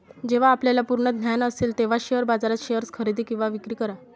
जेव्हा आपल्याला पूर्ण ज्ञान असेल तेव्हाच शेअर बाजारात शेअर्स खरेदी किंवा विक्री करा